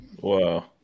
Wow